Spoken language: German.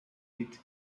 mit